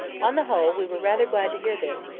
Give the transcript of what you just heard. on the whole, we were rather glad to hear this,